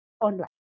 online